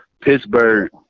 Pittsburgh